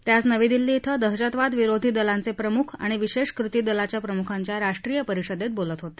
ते आज नवी दिल्ली बें दहशतवादविरोधी दलांचे प्रमुख आणि विशेष कृती दलाच्या प्रमुखांच्या राष्ट्रीय परिषदेत बोलत होते